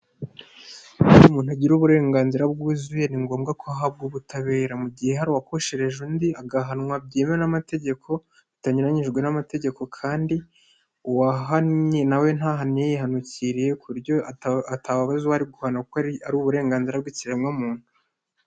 Iyo umuntu agira uburenganzira bw'ubuzuye ni ngombwa ko ahabwa ubutabera, mu gihe hari uwakoshereje undi agahanwa byemewe n'amategeko, bitanyuranyije n'amategeko kandi uwahannye na we ntahane yihanukiriye ku buryo atababaza uwo ari guhana kuko ari uburenganzira bw'ikiremwamuntu.